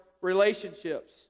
relationships